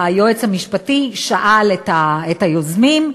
היועץ המשפטי שאל את היוזמים,